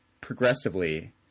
progressively